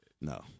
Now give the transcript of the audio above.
no